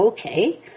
Okay